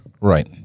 Right